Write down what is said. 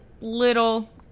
little